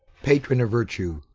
patron of virtue,